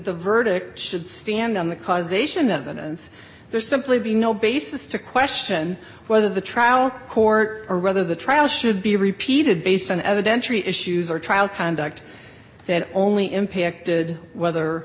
the verdict should stand on the causation evidence there's simply be no basis to question whether the trial court or whether the trial should be repeated based on evidence or issues or trial conduct that only impacted whether